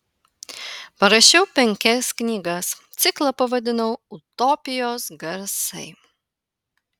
parašiau penkias knygas ciklą pavadinau utopijos garsai